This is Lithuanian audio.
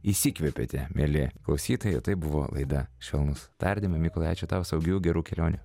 įsikvėpėte mieli klausytojai tai buvo laida švelnūs tardymai mykolai ačiū tau saugių gerų kelionių